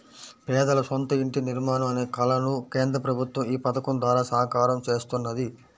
పేదల సొంత ఇంటి నిర్మాణం అనే కలను కేంద్ర ప్రభుత్వం ఈ పథకం ద్వారా సాకారం చేస్తున్నది